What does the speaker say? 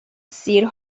سیر